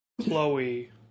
Chloe